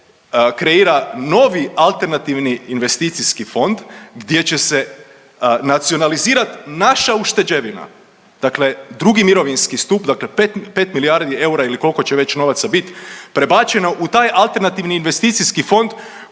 kreira novi alternativni investicijski fond gdje će se nacionalizirat naša ušteđevina, dakle drugi mirovinski stup dakle pet milijardi eura ili kolko će već novaca bit prebačeno u taj alternativni investicijski fond